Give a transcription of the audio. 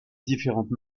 différentes